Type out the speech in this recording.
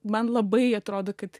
man labai atrodo kad